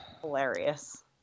Hilarious